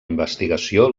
investigació